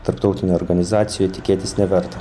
tarptautinėj organizacijoj tikėtis neverta